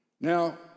Now